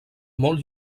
molt